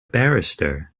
barrister